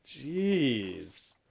Jeez